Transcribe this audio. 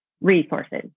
resources